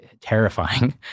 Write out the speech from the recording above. terrifying